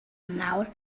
nawr